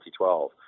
2012